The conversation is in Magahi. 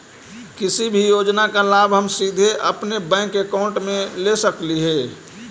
किसी भी योजना का लाभ हम सीधे अपने बैंक अकाउंट में ले सकली ही?